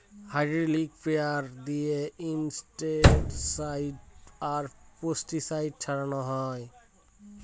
hydraulic sprayer দিয়ে insecticide আর pesticide ছড়ানো হয়